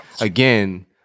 again